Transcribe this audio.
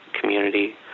community